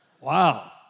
Wow